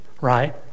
right